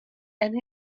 and